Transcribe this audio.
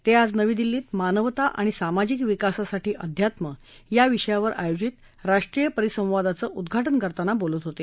ते आज नवी दिल्ली धिं मानवता आणि सामाजिक विकासासाठी आध्यात्म या विषयावर आयोजित राष्ट्रीय परिसंवादाचं उद्दाटन करताना बोलत होते